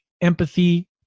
empathy